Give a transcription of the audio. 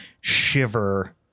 Shiver